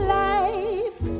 life